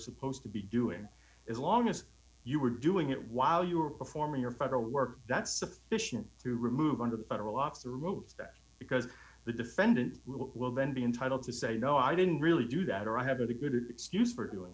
supposed to be doing is long as you were doing it while you were performing your federal work that's sufficient to remove under federal oxer roof staff because the defendant will then be entitled to say no i didn't really do that or i have a good excuse for